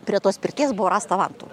prie tos pirties buvo rasta vantų